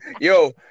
yo